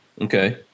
Okay